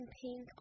pink